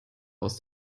aus